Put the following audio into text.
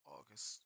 August